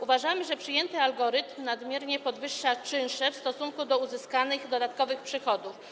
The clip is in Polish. Uważamy, że przyjęty algorytm nadmiernie podwyższa czynsze w stosunku do uzyskanych dodatkowych przychodów.